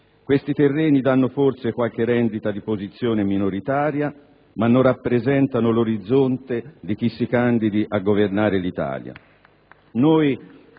questi terreni danno forse qualche rendita di posizione minoritaria, ma non rappresentano l'orizzonte di chi si candidi a governare l'Italia.